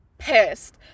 pissed